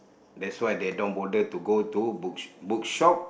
there's why they don't bother to go to book bookshops